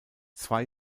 zwei